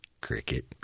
Cricket